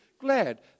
glad